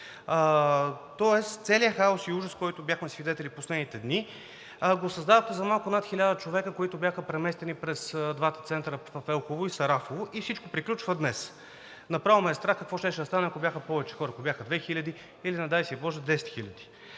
Тоест целия хаос и ужас, на който бяхме свидетели последните дни, го създавате за малко над 1000 човека, които бяха преместени през двата центъра – в Елхово, и Сарафово, и всичко приключва днес. Направо ме е страх какво щеше да стане, ако бяха повече хора, ако бяха 2000, или не дай си боже, 10 000.